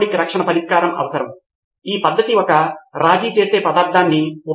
కాబట్టి నోట్స్ తీసుకోవడం కోసం దీన్ని ప్రత్యేకంగా తయారు చేయడం సాధ్యమేనా